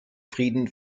frieden